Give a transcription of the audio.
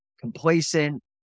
complacent